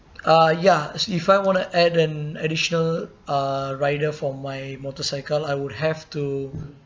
uh ya actually if I want to add an additional uh rider for my motorcycle I would have to